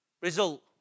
result